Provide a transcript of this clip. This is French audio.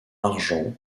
argent